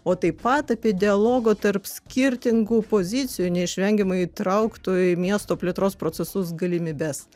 o taip pat apie dialogo tarp skirtingų pozicijų neišvengiamai įtrauktų į miesto plėtros procesus galimybes